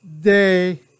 day